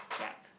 yup